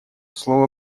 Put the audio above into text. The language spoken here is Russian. слово